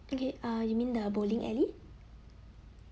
okay uh you mean the bowling alley